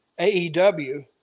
AEW